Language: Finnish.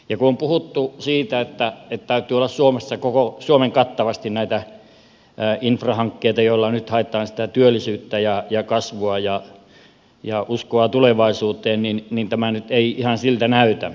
kun on puhuttu siitä että suomessa täytyy olla koko suomen kattavasti näitä infrahankkeita joilla nyt haetaan sitä työllisyyttä ja kasvua ja uskoa tulevaisuuteen niin tämä nyt ei ihan siltä näytä